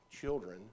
children